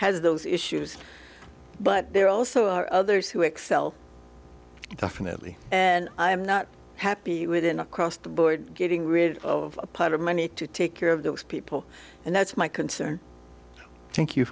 has those issues but there also are others who excel definitely and i'm not happy with an across the board getting rid of a pot of money to take care of those people and that's my concern thank you